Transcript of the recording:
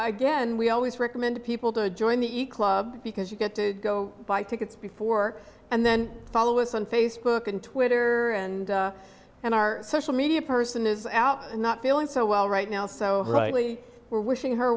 again we always recommend people to join the eclipse because you get to go buy tickets before and then follow us on facebook and twitter and and our social media person is out and not feeling so well right now so rightly we're wishing her